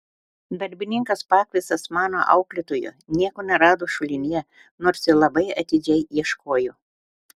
darbininkas pakviestas mano auklėtojo nieko nerado šulinyje nors ir labai atidžiai ieškojo